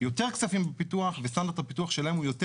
יותר כספים בפיתוח וסטנדרט הפיתוח שלהם הוא יותר